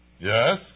Yes